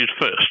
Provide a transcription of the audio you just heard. first